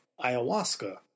ayahuasca